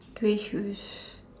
grey shoes